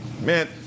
man –